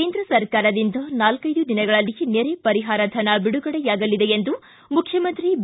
ಕೇಂದ್ರ ಸರ್ಕಾರದಿಂದ ನಾಲ್ವೆದು ದಿನಗಳಲ್ಲಿ ನೆರೆ ಪರಿಹಾರ ಧನ ಬಿಡುಗಡೆಯಾಗಲಿದೆ ಎಂದು ಮುಖ್ಡಮಂತ್ರಿ ಬಿ